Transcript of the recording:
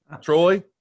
Troy